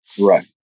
Right